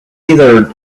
either